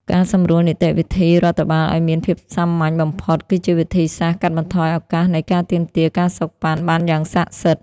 ការសម្រួលនីតិវិធីរដ្ឋបាលឱ្យមានភាពសាមញ្ញបំផុត គឺជាវិធីសាស្ត្រកាត់បន្ថយឱកាសនៃការទាមទារ ការសូកប៉ាន់ បានយ៉ាងស័ក្តិសិទ្ធិ។